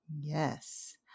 Yes